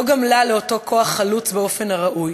לא גמלה לאותו כוח חלוץ באופן הראוי.